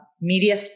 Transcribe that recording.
media